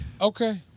Okay